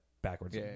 Backwards